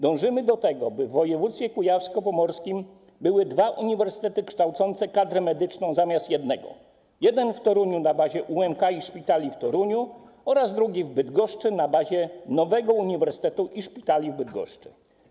Dążymy do tego, by w wojewódzkie kujawsko-pomorskim były dwa uniwersytety kształcące kadrę medyczną zamiast jednego - jeden w Toruniu na bazie UMK i szpitali w Toruniu oraz drugi w Bydgoszczy na bazie nowego uniwersytetu i szpitali w Bydgoszczy.